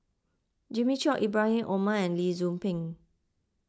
Jimmy Chok Ibrahim Omar and Lee Tzu Pheng